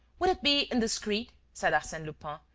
would it be indiscreet, said arsene lupin,